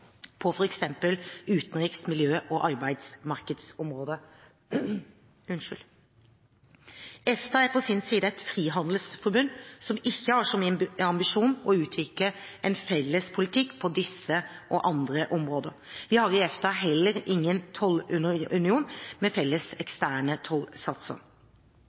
på f.eks. utenriks-, miljø-, og arbeidsmarkedsområdet. EFTA er på sin side et frihandelsforbund som ikke har som ambisjon å utvikle en felles politikk på disse og andre områder. Vi har i EFTA heller ikke en tollunion med felles eksterne tollsatser.